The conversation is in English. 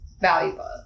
valuable